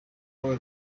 our